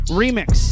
remix